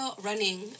running